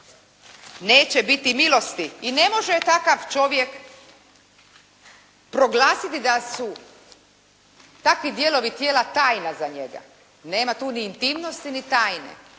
neće biti milosti i ne može takav čovjek proglasiti da su takvi dijelovi tijela tajna za njega. Nema tu ni intimnosti ni tajne.